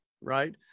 right